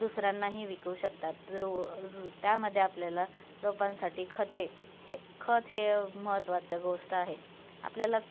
दुसऱ्यांनाही विकू शकतात रो र त्यामध्ये आपल्याला रोपांसाठी खते हे खत हे महत्त्वाचं गोष्ट आहे आपल्याला